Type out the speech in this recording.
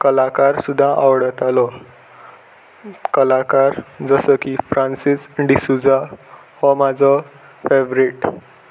कलाकार सुद्दां आवडतालो कलाकार जसो की फ्रांसीस डिसुजा हो म्हाजो फेवरेट